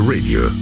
Radio